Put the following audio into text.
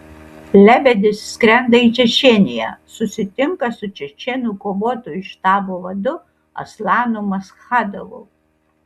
lebedis skrenda į čečėniją susitinka su čečėnų kovotojų štabo vadu aslanu maschadovu